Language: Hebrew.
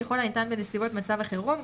ככל הניתן בנסיבות מצב החירום,